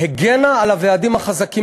הגנה על הוועדים החזקים